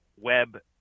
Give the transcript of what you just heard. web